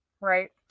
Right